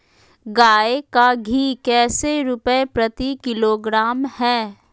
गाय का घी कैसे रुपए प्रति किलोग्राम है?